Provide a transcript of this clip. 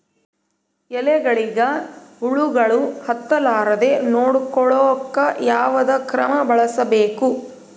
ಎಲೆಗಳಿಗ ಹುಳಾಗಳು ಹತಲಾರದೆ ನೊಡಕೊಳುಕ ಯಾವದ ಕ್ರಮ ಬಳಸಬೇಕು?